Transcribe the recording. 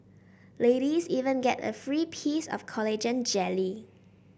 ladies even get a free piece of collagen jelly